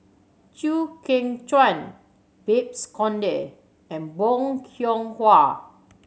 Chew Kheng Chuan Babes Conde and Bong Hiong Hwa